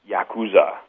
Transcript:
Yakuza